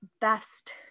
best